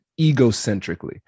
egocentrically